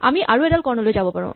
আমি আৰু এডাল কৰ্ণলৈ যাব পাৰো